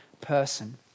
person